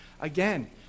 Again